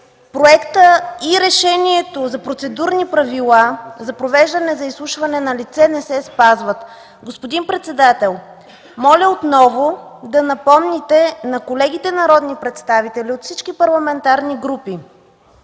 проектът и решението за процедурни правила за провеждане на изслушване на лице не се спазват. Господин председател, моля отново да напомните на колегите народни представители от всички парламентарни групи,